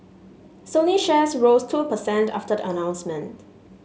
Sony shares rose two per cent after the announcement